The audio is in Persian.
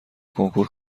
کنکور